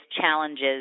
challenges